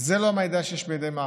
זה לא מידע שיש בידי מח"ש.